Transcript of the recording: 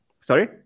Sorry